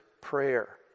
prayer